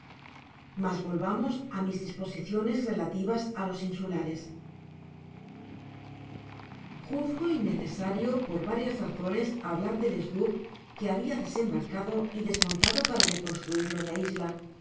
mas volvamos á mis disposiciones relativas á los insulares juzgo innecesario por varias razones hablar del slcop que habia desembarcado y desmontado para reconstruirlo en la isla